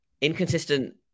inconsistent